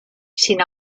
sin